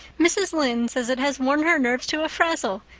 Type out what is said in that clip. mrs. lynde says it has worn her nerves to a frazzle.